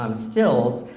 um stills.